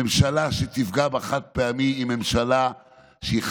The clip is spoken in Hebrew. ממשלה שתפגע בחד-פעמי היא ממשלה שהיא